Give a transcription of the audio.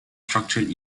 structured